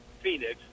Phoenix